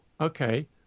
okay